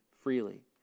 freely